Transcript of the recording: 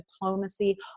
diplomacy